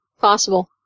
possible